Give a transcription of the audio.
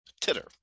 Titter